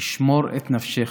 ישמור את נפשך.